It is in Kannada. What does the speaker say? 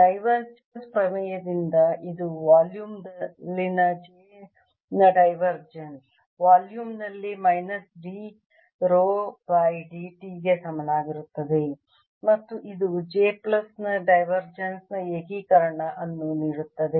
ಡೈವರ್ಜೆನ್ಸ್ ಪ್ರಮೇಯದಿಂದ ಇದು ವಾಲ್ಯೂಮ್ ದಲ್ಲಿನ j ನ ಡೈವರ್ಜೆನ್ಸ್ ವಾಲ್ಯೂಮ್ ನಲ್ಲಿ minus d rho by dt ಗೆ ಸಮನಾಗಿರುತ್ತದೆ ಮತ್ತು ಇದು j ಪ್ಲಸ್ ನ ಡಿವರ್ಜೆನ್ಸ್ ನ ಏಕೀಕರಣ ಅನ್ನು ನೀಡುತ್ತದೆ